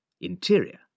Interior